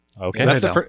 Okay